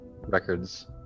records